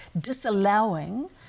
disallowing